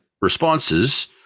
responses